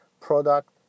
product